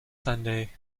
sunday